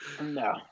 No